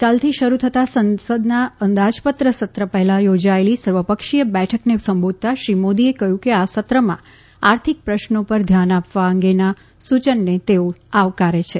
આવતીકાલથી શરૂ થતા સંસદના અંદાજપત્રસત્ર પહેલાં યોજાએલી સર્વપક્ષીય બેઠકને સંબોધતાં શ્રી મોદીએ કહ્યુંકે આ સત્રમાં આર્થિક પ્રશ્રો પર ધ્યાન આપવા અંગેના સૂચનને તેઓ આવકારે છે